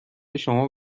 شما